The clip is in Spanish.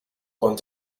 con